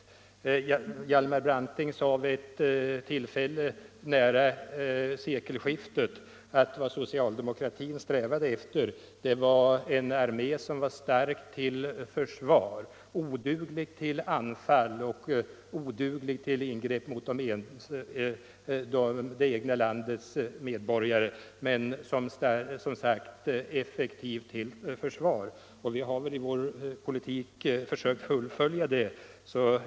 Hjal — använda militär mar Branting sade vid ett tillfälle nära sekelskiftet att vad socialdemo = personal i krissituakratin strävade efter var en armé som var effektiv till försvar men oduglig — tioner till anfall och till ingrepp mot det egna landets medborgare. Vi har väl också i vår politik försökt fullfölja denna inriktning.